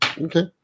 Okay